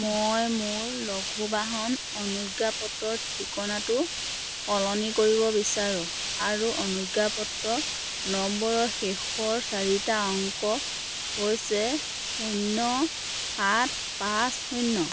মই মোৰ লঘু বাহন অনুজ্ঞাপত্ৰৰ ঠিকনাটো সলনি কৰিব বিচাৰোঁঁ আৰু অনুজ্ঞাপত্ৰ নম্বৰৰ শেষৰ চাৰিটা অংক হৈছে শূন্য সাত পাঁচ শূন্য